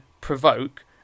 provoke